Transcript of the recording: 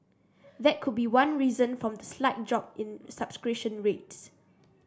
that could be one reason from the slight drop in subscription rates